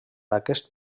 aquest